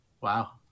wow